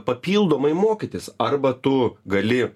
papildomai mokytis arba tu gali